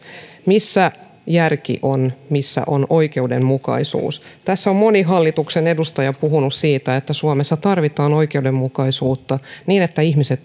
missä järki on missä on oikeudenmukaisuus tässä on moni hallituksen edustaja puhunut siitä että suomessa tarvitaan oikeudenmukaisuutta niin että ihmiset